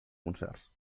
concerts